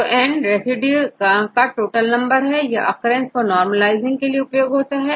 तोN residue काटोटल number है यह आकरेन्स को नॉरमलीज़िंग के लिए उपयोग होता है